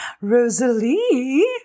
Rosalie